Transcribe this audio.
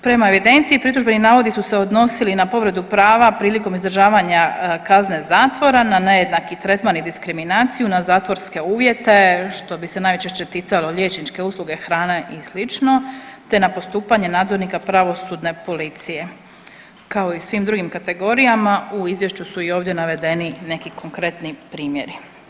Prema evidenciji, pritužbeni navodi su se odnosili na povredu prava prilikom izdržavanja kazne zatvora na nejednaki tretman i diskriminaciju, na zatvorske uvjete, što bi se najčešće ticalo liječničke usluge, hrane i sl. te na postupanje nadzornika pravosudne policije, kao i svim drugim kategorijama u Izvješću su i ovdje navedeni neki konkretni primjeri.